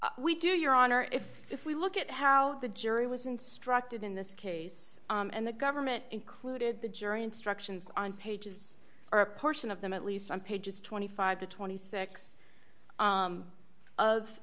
abetting we do your honor if if we look at how the jury was instructed in this case and the government included the jury instructions on pages or a portion of them at least some pages twenty five to twenty six